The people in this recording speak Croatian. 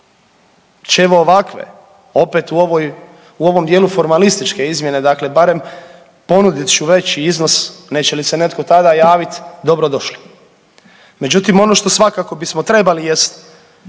ćemo ovakve opet u ovoj u ovom dijelu formalističke izmjene dakle barem ponudit ću veći iznos neće li se netko tada javit, dobro došli. Međutim, ono što svakako bismo trebali jest